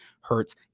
Hurts